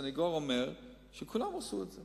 הסניגור אומר שכולם עשו את זה